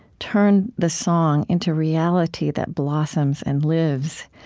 turn the song into reality that blossoms and lives.